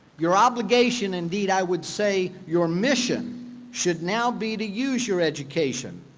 your obligation indeed, i would say your mission should now be to use your education,